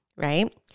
right